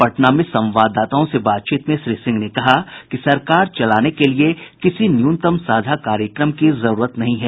पटना में संवाददाताओं से बातचीत में श्री सिंह ने कहा कि सरकार चलाने के लिये किसी न्यूनतम साझा कार्यक्रम की जरूरत नहीं है